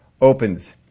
opens